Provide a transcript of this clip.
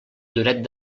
lloret